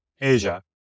Asia